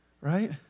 Right